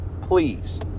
please